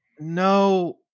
No